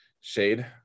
shade